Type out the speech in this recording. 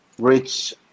reach